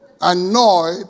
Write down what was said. annoyed